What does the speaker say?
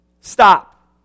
Stop